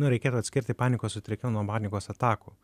nu reikėtų atskirti panikos sutrikimą nuo panikos atakų